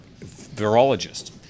virologist